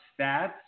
stats